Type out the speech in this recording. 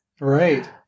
Right